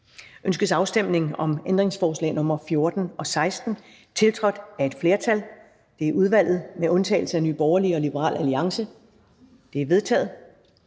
Ønskes afstemning om ændringsforslag nr. 14 og 16, tiltrådt af et flertal (udvalget med undtagelse af NB og LA)? De er vedtaget.